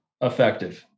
effective